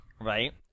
Right